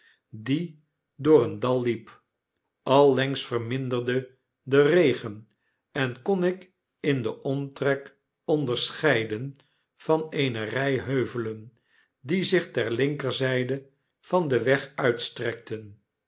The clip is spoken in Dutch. die door een dal liep allengs verminderde de regen en kon ik in den omtrek onderscheiden van eene rij heuvelen die zich ter linkerzijde van den weg uitstrekten